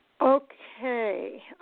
Okay